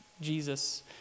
Jesus